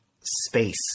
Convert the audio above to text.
space